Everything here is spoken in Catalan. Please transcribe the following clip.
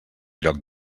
lloc